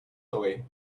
away